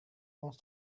want